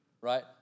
right